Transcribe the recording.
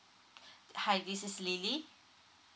hi this is lily